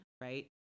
right